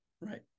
Right